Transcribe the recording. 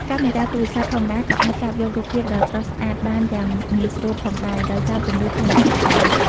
កាមេរ៉ាទូរស័ព្ទធម្មតាក៏អាចចាប់យករូបភាពដ៏ស្រស់ស្អាតបានយ៉ាងងាយស្រួលផងដែរដោយសារពន្លឺធម្មជាតិល្អ។